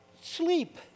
sleep